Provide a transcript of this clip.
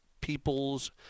people's